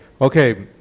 okay